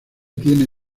tiene